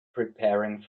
preparing